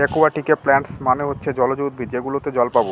একুয়াটিকে প্লান্টস মানে হচ্ছে জলজ উদ্ভিদ যেগুলোতে জল পাবো